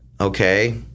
okay